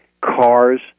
cars